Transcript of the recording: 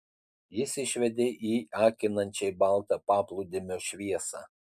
jis išvedė į akinančiai baltą paplūdimio šviesą